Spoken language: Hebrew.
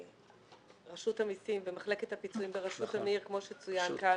רשות המסים ומחלקת הפיצויים בראשות אמיר כמו שצוין כאן,